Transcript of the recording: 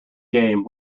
game